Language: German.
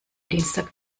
dienstag